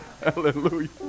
Hallelujah